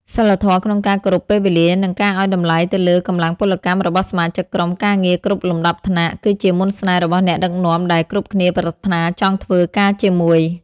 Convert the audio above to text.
សីលធម៌ក្នុងការគោរពពេលវេលា និងការឱ្យតម្លៃទៅលើកម្លាំងពលកម្មរបស់សមាជិកក្រុមការងារគ្រប់លំដាប់ថ្នាក់ គឺជាមន្តស្នេហ៍របស់អ្នកដឹកនាំដែលគ្រប់គ្នាប្រាថ្នាចង់ធ្វើការជាមួយ។